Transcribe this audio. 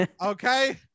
okay